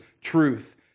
truth